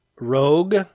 Rogue